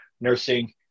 nursing